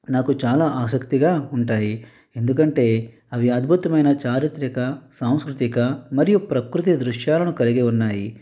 నాకు చాలా ఆసక్తిగా ఉంటాయి ఎందుకంటే అవి అద్భుతమైన చారిత్రక సాంస్కృతిక మరియు ప్రకృతి దృశ్యాలను కలిగి ఉన్నాయి